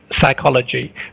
psychology